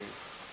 יוגב?